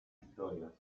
historias